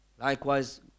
likewise